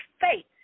faith